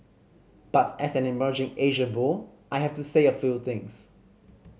but as an emerging Asia bull I have to say a few things